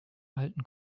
halten